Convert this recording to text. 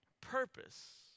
purpose